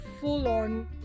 full-on